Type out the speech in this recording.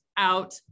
Out